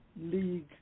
League